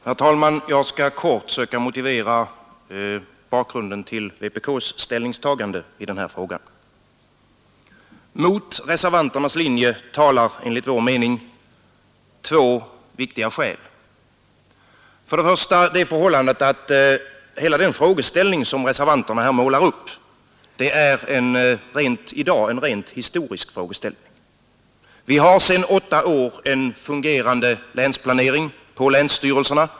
Herr talman! Jag skall kort söka motivera bakgrunden till vpk:s ställningstagande i denna fråga. Mot reservanternas linje talar enligt vår mening två viktiga skäl. Först och främst är hela den frågeställning som reservanterna här målar upp en historisk frågeställning. Vi har sedan åtta år en fungerande länsplanering på länsstyrelserna.